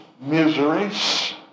miseries